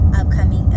upcoming